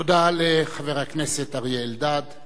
תודה לחבר הכנסת אריה אלדד.